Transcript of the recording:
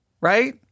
right